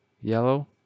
Yellow